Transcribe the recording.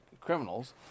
criminals